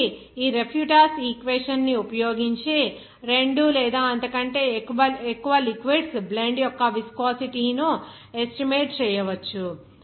కాబట్టి ఈ Refutas equation ని ఉపయోగించి రెండు లేదా అంతకంటే ఎక్కువ లిక్విడ్స్ బ్లెండ్స్ యొక్క విస్కోసిటీ ను ఎస్టిమేట్ చేయవచ్చు